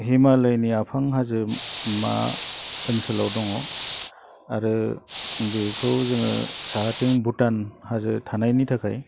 हिमालयनि आफां हाजोमा ओनसोलाव दङ आरो बेखौ जोङो साहाथिं भुटान हाजो थानायनि थाखाय